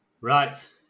Right